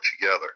together